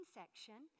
section